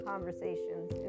Conversations